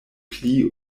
pli